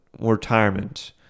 retirement